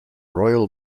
royal